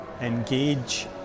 engage